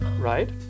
right